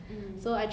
mm